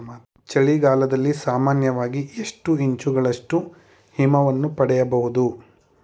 ಚಳಿಗಾಲದಲ್ಲಿ ಸಾಮಾನ್ಯವಾಗಿ ಎಷ್ಟು ಇಂಚುಗಳಷ್ಟು ಹಿಮವನ್ನು ಪಡೆಯಬಹುದು?